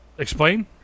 Explain